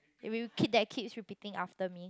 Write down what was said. if you keep that keeps repeating after me